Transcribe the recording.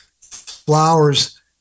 flowers